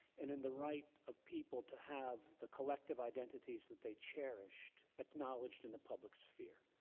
and in the right of people to have the collective identities that they cherished acknowledged in the public sphere,